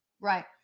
Right